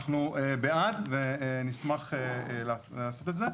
אנחנו בעד ונשמח לעשות את זה.